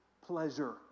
pleasure